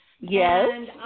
Yes